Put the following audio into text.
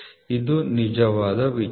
ಇದು ನಿಜವಾದ ವಿಚಲನ